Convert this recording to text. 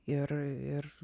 ir ir